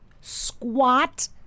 squat